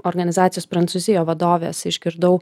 organizacijos prancūzijoj vadovės išgirdau